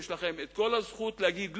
יש לכם את כל הזכות להגיד לא,